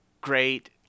great